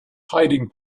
hiding